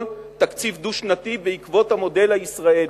תקציב דו-שנתי בעקבות המודל הישראלי.